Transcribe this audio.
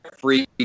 free